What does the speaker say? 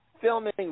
filming